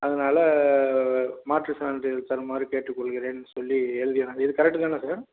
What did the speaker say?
அதனால மாற்றுச்சான்றிதழ் தருமாறு கேட்டுக் கொள்கிறேன் சொல்லி எழுதிட்றேன் இது கரெக்ட்டு தானே சார்